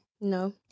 No